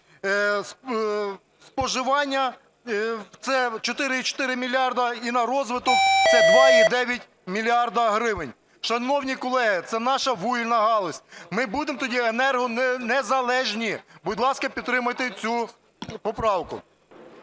споживання – це 4,4 мільярда і на розвиток – це 2,9 мільярда гривень. Шановні колеги, це наша вугільна галузь, ми будемо тоді енергонезалежні. Будь ласка, підтримайте цю поправку.